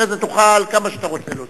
אחרי זה תוכל כמה שאתה רוצה להוסיף.